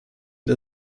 der